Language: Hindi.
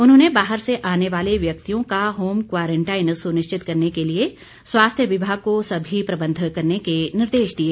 उन्होंने बाहर से आने वाले व्यक्तियों का होम क्वारंटाइन सुनिश्चित करने के लिए स्वास्थ्य विभाग को सभी प्रबंध करने के निर्देश दिए